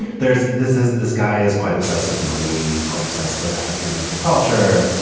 there's this is this guy is quite obsessed with money. he's quite obsessed with african-american culture.